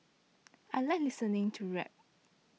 I like listening to rap